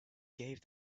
gave